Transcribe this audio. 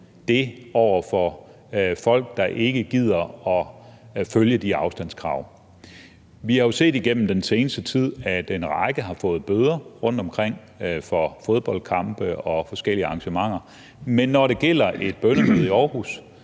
det over for folk, der ikke gider følge de afstandskrav. Vi har jo igennem den sidste tid set, at en række mennesker har fået bøder rundtomkring i forbindelse med fodboldkampe og forskellige arrangementer, men når det gælder et bønnemøde i Aarhus,